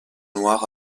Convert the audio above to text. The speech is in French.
noir